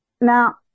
now